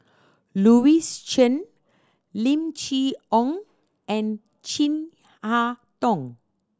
Louis Chen Lim Chee Onn and Chin Harn Tong